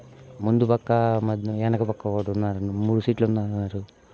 ముందు ప్రక్క మ వెనుక క ప్రక్క ఒకటి ఉందా మూడు సీట్లు ఉంది అన్నారు